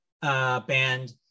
band